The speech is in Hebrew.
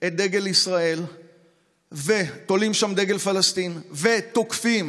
את דגל ישראל ותולים שם דגל פלסטין ותוקפים